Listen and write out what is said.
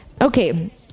Okay